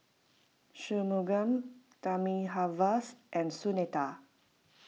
Shunmugam Thamizhavel and Sunita